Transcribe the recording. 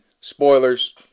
spoilers